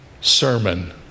sermon